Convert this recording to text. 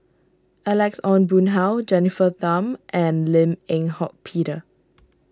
Alex Ong Boon Hau Jennifer Tham and Lim Eng Hock Peter